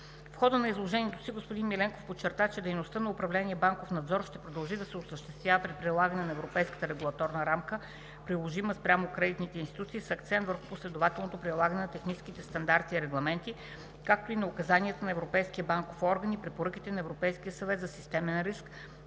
В хода на изложението си господин Миленков подчерта, че дейността на управление „Банков надзор“ ще продължи да се осъществява при прилагане на европейската регулаторна рамка, приложима спрямо кредитните институции, с акцент върху последователното прилагане на техническите стандарти и регламенти, както и на указанията на Европейския банков орган и препоръките на Европейския съвет за системен риск,